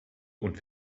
und